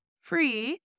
free